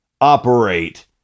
operate